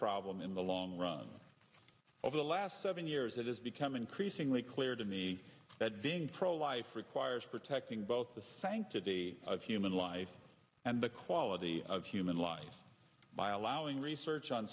problem in the long run over the last seven years it has become increasingly clear to me that being pro life requires protecting both the sanctity of human life and the quality of human lives by allowing research on